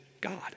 God